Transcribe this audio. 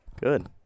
Good